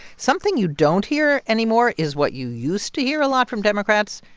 something you don't hear anymore is what you used to hear a lot from democrats.